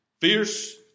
fierce